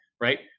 right